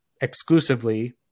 exclusively